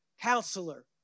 counselor